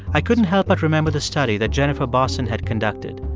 i couldn't help but remember the study that jennifer bosson had conducted.